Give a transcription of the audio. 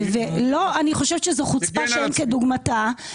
אני חושבת שזאת חוצפה שאין כדוגמתה.